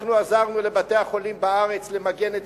אנחנו עזרנו לבתי-החולים בארץ למגן את